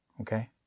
okay